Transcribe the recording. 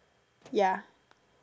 ya